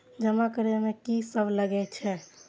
जमा करे में की सब लगे छै?